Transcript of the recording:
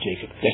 Jacob